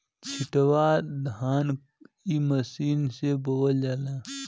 छिटवा धान इ मशीन से बोवल जाला